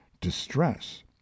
distress